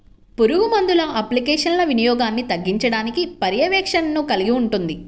పురుగుమందుల అప్లికేషన్ల వినియోగాన్ని తగ్గించడానికి పర్యవేక్షణను కలిగి ఉంటుంది